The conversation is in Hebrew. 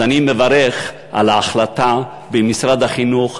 אז אני מברך על ההחלטה במשרד החינוך